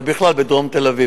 ובכלל בדרום תל-אביב,